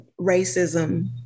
racism